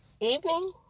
evening